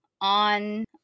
on